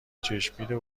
چشمگیر